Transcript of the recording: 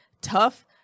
tough